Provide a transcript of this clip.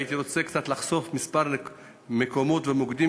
הייתי רוצה לחשוף כמה מקומות ומוקדים